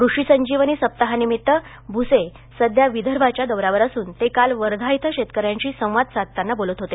कृषि संजीवनी सप्ताहानिमित्तानं भूसे सध्या विदर्भाच्या दौऱ्यावर असून ते काल वर्धा इथं शेतकऱ्यांशी संवाद साधताना बोलत होते